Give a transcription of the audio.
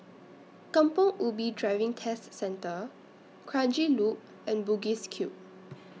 Kampong Ubi Driving Test Centre Kranji Loop and Bugis Cube